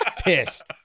pissed